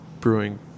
brewing